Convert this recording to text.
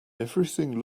everything